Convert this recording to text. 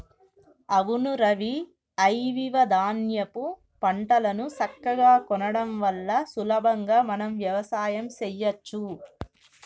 అవును రవి ఐవివ ధాన్యాపు పంటలను సక్కగా కొనడం వల్ల సులభంగా మనం వ్యవసాయం సెయ్యచ్చు